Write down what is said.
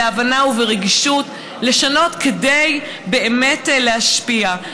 בהבנה וברגישות לשנות כדי באמת להשפיע.